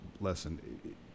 lesson